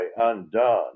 undone